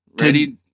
Ready